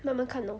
慢慢看 lor